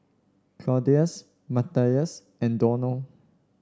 Claudius Matias and Donal